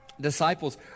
Disciples